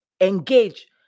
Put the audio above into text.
engage